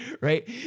Right